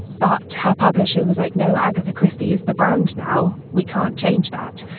but her publisher was like, no, agatha christie is the brand now, we can't change that.